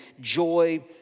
joy